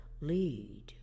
lead